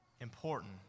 important